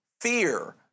Fear